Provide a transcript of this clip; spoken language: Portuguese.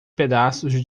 pedaços